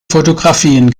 fotografien